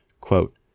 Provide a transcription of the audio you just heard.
quote